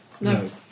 no